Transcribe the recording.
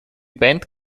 band